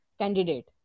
candidate